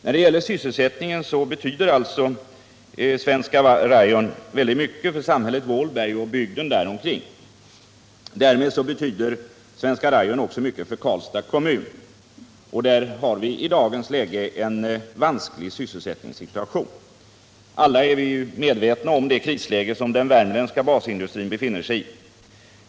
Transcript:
När det gäller sysselsättningen betyder Svenska Rayon väldigt mycket för samhället Vålberg och bygden däromkring. Därmed betyder företaget också mycket för Karlstads kommun, där vi i dagens läge har en vansklig sysselsättningssituation — alla är vi medvetna om det krisläge som den värmländska basindustrin befinner sig i.